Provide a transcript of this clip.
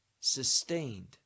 sustained